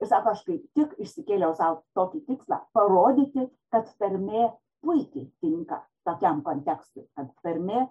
ir sako aš kaip tik išsikėliau sau tokį tikslą parodyti kad tarmė puikiai tinka tokiam kontekstui tarmė